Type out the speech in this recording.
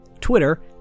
Twitter